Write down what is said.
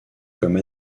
comme